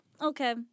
okay